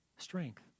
Strength